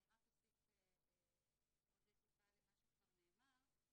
אני רק אוסיף עוד טיפה למה שכבר נאמר,